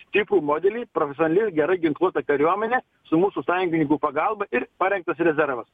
stiprų modelį profesionali ir gerai ginkluota kariuomenė su mūsų sąjungininkų pagalba ir parengtas rezervas